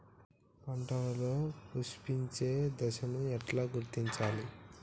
పంటలలో పుష్పించే దశను ఎట్లా గుర్తించాలి?